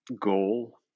goal